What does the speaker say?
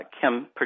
Kim